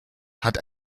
hat